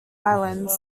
islands